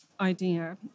idea